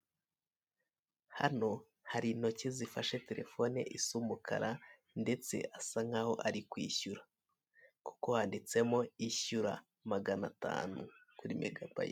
Hano hari intoki zifashe terefone isa umukara ndetse asa nk'aho ari kwishyura kuko handitsemo ishyura maganatanu ni mega bayiti.